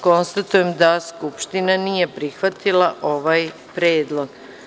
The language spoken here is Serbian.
Konstatujem da Skupština nije prihvatila ovaj predlog.